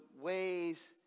ways